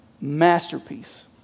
masterpiece